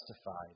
justified